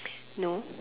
no